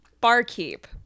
barkeep